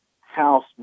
house